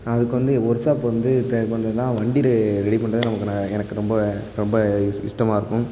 அதுக்கு வந்து ஒர்க்ஷாப் வந்து ட்ரை பண்ணுன்னா வண்டி ரெ ரெடி பண்ணுறது நமக்கு நான் எனக்கு ரொம்ப ரொம்ப இஸ் இஸ்டமாக இருக்கும்